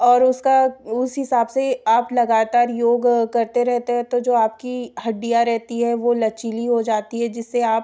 और उसका उस हिसाब से आप लगातार योग करते रहते हैं तो जो आपकी हड्डियाँ रहती है वह लचीली हो जाती है जिससे आप